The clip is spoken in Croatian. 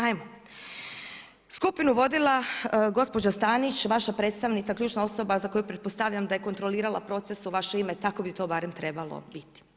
Ajmo, skupinu vodila gospođa Stanić, vaša predstavnica, ključna osoba za koju pretpostavljam da je kontrolirala proces u vaše ime, tako bi barem to trebalo biti.